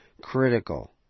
critical